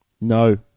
no